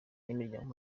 n’imiryango